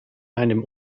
einem